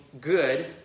good